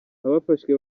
abafashwe